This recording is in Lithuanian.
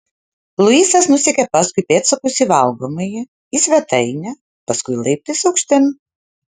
luisas nusekė paskui pėdsakus į valgomąjį į svetainę paskui laiptais aukštyn